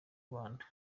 rwanda